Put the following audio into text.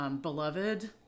Beloved